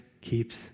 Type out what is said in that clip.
keeps